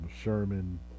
Sherman